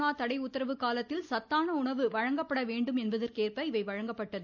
corona தடை உத்தரவு காலத்தில் சத்தான உணவு வழங்கப்பட வேண்டும் என்பதற்கேற்ப இவை வழங்கப்பட்டது